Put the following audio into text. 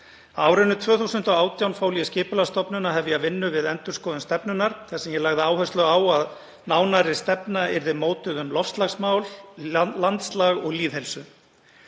árinu 2018 fól ég Skipulagsstofnun að hefja vinnu við endurskoðun stefnunnar þar sem ég lagði áherslu á að nánari stefna yrði mótuð um loftslagsmál, landslag og lýðheilsu.